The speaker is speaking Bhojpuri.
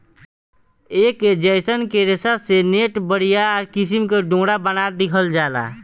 ऐके जयसन के रेशा से नेट, बरियार किसिम के डोरा बना दिहल जाला